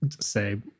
say